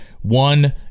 one